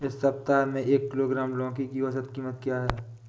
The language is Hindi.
इस सप्ताह में एक किलोग्राम लौकी की औसत कीमत क्या है?